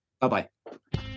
Bye-bye